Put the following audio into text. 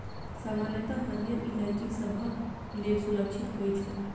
सामान्यतः हरियर इलायची सबहक लेल सुरक्षित होइ छै